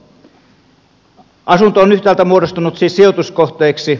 asunto on yhtäältä muodostunut siis sijoituskohteeksi